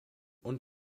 und